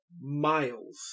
miles